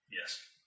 yes